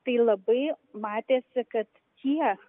tai labai matėsi kad tie